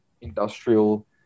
industrial